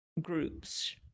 groups